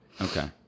Okay